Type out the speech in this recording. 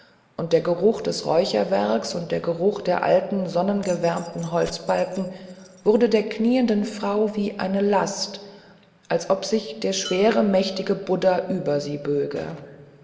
und der geruch des räucherwerkes und der geruch der alten sonnengewärmten holzbalken wurden der knienden frau wie eine last als ob sich der schwere mächtige buddha über sie böge